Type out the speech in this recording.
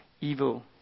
evil